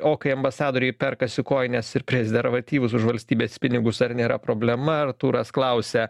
o kai ambasadoriai perkasi kojines ir prezervatyvus už valstybės pinigus ar nėra problema artūras klausia